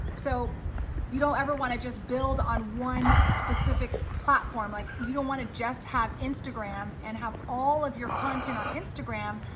so you don't ever wanna just build on one specific platform, like you don't wanna just have instagram and have all of your content on instagram,